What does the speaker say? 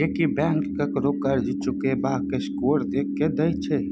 जे की बैंक ककरो कर्ज चुकेबाक स्कोर देख के दैत छै